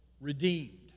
redeemed